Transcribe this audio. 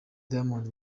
diamond